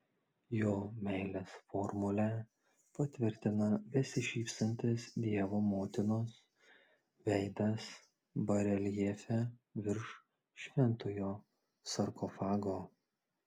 jo meilės formulę patvirtina besišypsantis dievo motinos veidas bareljefe virš šventojo sarkofago